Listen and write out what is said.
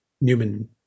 newman